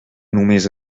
només